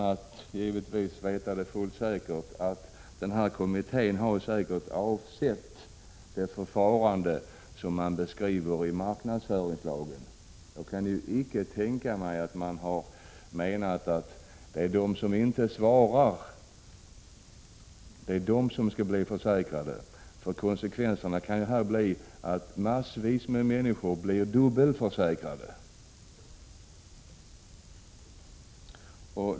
Jag tror, givetvis utan att veta det helt säkert, att 13 januari 1987 denna kommitté har avsett det förfarandet som man beskriver i marknadsföringslagen. Jag kan icke tänka mig att man har menat att det är de som inte svarar som skall bli försäkrade. Konsekvenserna kan ju bli att massvis med människor blir dubbelförsäkrade.